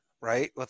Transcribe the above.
right